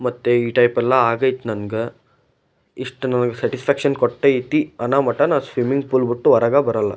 ಮತ್ತು ಈ ಟೈಪೆಲ್ಲ ಆಗೈತಿ ನನ್ಗೆ ಇಷ್ಟು ನನ್ಗೆ ಸ್ಯಾಟಿಸ್ಫ್ಯಾಕ್ಷನ್ ಕೊಟ್ಟೈತಿ ಅನ್ನೋ ಮಟ್ಟ ನಾನು ಸ್ವಿಮ್ಮಿಂಗ್ ಪೂಲ್ ಬಿಟ್ಟು ಹೊರಗೆ ಬರೋಲ್ಲ